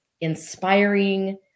inspiring